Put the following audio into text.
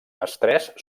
estrès